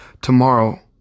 tomorrow